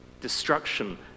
destruction